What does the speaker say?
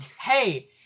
hey